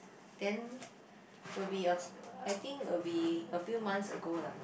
then will be a I think will be a few months ago lah